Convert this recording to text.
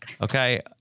Okay